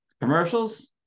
commercials